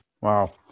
Wow